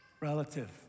relative